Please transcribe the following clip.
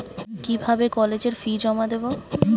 কিভাবে কলেজের ফি জমা দেবো?